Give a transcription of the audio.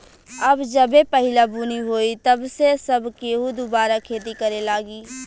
अब जबे पहिला बुनी होई तब से सब केहू दुबारा खेती करे लागी